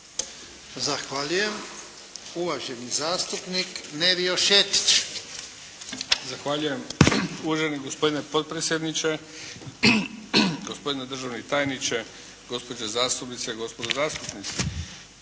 Zahvaljujem. Uvaženi zastupnik Nevio Šetić. **Šetić, Nevio (HDZ)** Zahvaljujem. Uvaženi gospodine potpredsjedniče, gospodine državni tajniče, gospođe zastupnice, gospodo zastupnici.